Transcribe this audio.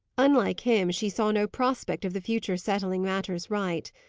unlike him, she saw no prospect of the future setting matters right.